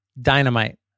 Dynamite